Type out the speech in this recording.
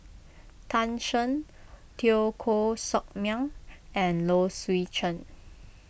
Tan Shen Teo Koh Sock Miang and Low Swee Chen